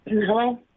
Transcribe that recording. Hello